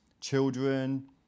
children